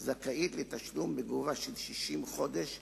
זכאית לתשלום בגובה של 60 חודשי תגמולים,